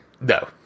No